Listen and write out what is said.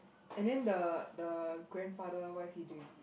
and then the the grandfather what is he doing